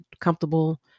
comfortable